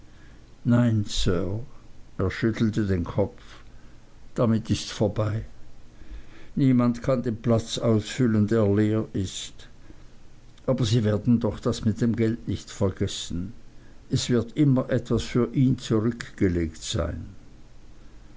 nein sir er schüttelte den kopf damit ists vorbei niemand kann den platz ausfüllen der leer ist aber sie werden das von dem geld doch nicht vergessen es wird immer etwas für ihn zurückgelegt sein